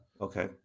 okay